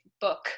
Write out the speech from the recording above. book